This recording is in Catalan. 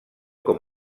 com